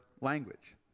language